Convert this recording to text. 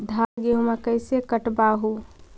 धाना, गेहुमा कैसे कटबा हू?